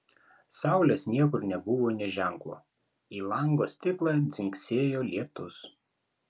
saulės niekur nebuvo nė ženklo į lango stiklą dzingsėjo lietus